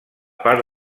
part